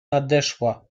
nadeszła